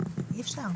אי אפשר.